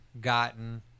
gotten